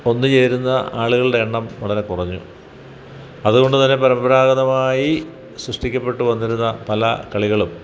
ഒന്ന് ചേരുന്ന ആളുകളുടെ എണ്ണം വളരെ കുറഞ്ഞു അതുകൊണ്ട് തന്നെ പരമ്പരാഗതമായി സൃഷ്ടിക്കപ്പെട്ടു വന്നിരുന്ന പല കളികളും